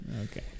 Okay